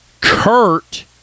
Kurt